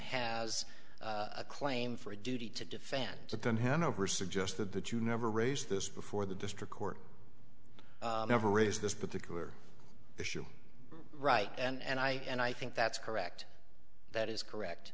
has a claim for a duty to defend it then hanover suggested that you never raise this before the district court never raised this particular issue right and i and i think that's correct that is correct